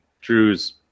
Drew's